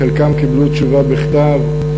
חלקם קיבלו תשובה בכתב,